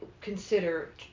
consider